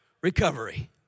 Recovery